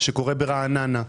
שקורה ברעננה,